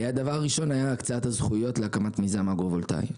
הדבר הראשון היה הקצאת הזכויות להקמת מיזם אגרו-וולטאי.